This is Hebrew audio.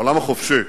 העולם החופשי,